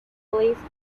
place